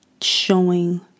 showing